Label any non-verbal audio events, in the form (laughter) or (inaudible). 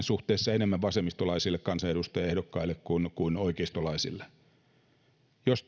(unintelligible) suhteessa enemmän vasemmistolaisille kansanedustajaehdokkaille kuin oikeistolaisille jos (unintelligible)